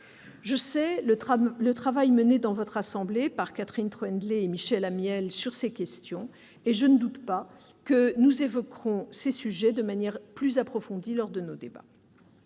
Je sais le travail mené dans la Haute Assemblée par Catherine Troendlé et Michel Amiel sur ces questions, et je ne doute pas que nous évoquerons ces sujets de manière plus approfondie lors de nos débats.